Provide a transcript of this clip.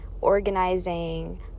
organizing